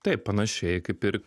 taip panašiai kaip ir